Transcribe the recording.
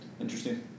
interesting